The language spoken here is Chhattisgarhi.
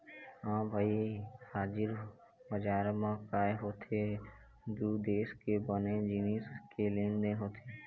ह भई हाजिर बजार म काय होथे दू देश के बने जिनिस के लेन देन होथे